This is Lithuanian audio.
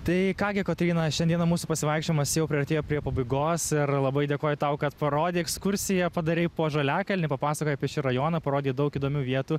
tai ką gi kotryna šiandieną mūsų pasivaikščiojimas jau priartėjo prie pabaigos ir labai dėkoju tau kad parodei ekskursiją padarei po žaliakalnį papasakojai apie šį rajoną parodei daug įdomių vietų